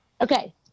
Okay